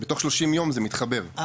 בתוך 30 יום, זה מתחבר, זה נצבר.